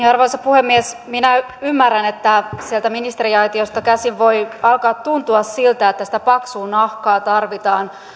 arvoisa puhemies minä ymmärrän että sieltä ministeriaitiosta käsin voi alkaa tuntua siltä että sitä paksua nahkaa tarvitaan